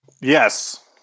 Yes